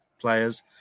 players